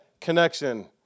connection